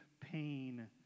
pain